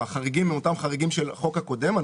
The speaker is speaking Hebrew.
שהחריגים הם אותם חריגים של החוק הקודם.